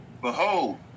Behold